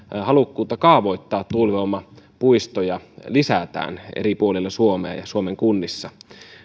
halukkuutta kaavoittaa tuulivoimapuistoja lisätään eri puolilla suomea ja suomen kunnissa